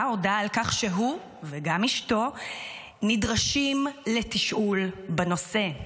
הודעה על כך שהוא וגם אשתו נדרשים לתשאול בנושא.